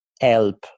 help